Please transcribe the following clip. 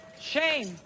Shame